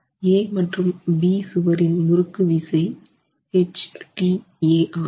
A மற்றும் B சுவரின் முறுக்கு விசை H tA ஆகும்